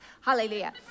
hallelujah